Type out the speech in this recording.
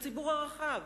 לציבור הרחב.